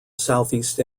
southeast